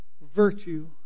virtue